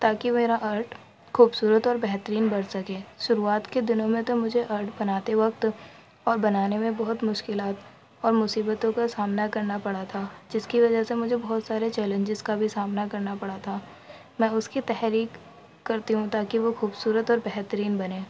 تاکہ میرا آرٹ خوبصورت اور بہترین بن سکے شروعات کے دنوں میں تو مجھے آرٹ بناتے وقت اور بنانے میں بہت مشکلات اور مصیبتوں کا سامنا کرنا پڑا تھا جس کی وجہ سے مجھے بہت سارے چیلنجز کا بھی سامنا کرنا پڑا تھا میں اس کی تحریک کرتی ہوں تاکہ وہ خوبصورت اور بہترین بنے